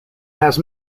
has